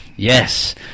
yes